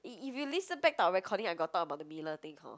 if if you listen back to our recording I got talk about the miller thing hor